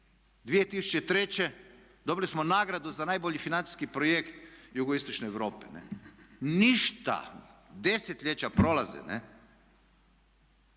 2003. Dobili smo nagradu za najbolji financijski projekt jugoistočne Europe. Ništa, desetljeća prolaze,